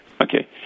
Okay